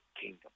kingdom